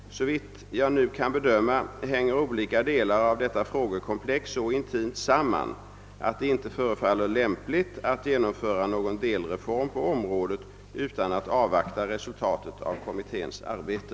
Såvitt jag nu kan bedöma hänger olika delar av detta frågekomplex så intimt samman att det inte förefaller lämpligt att genomföra någon delreform på området utan att avvakta resultatet av kommitténs arbete.